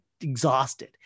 exhausted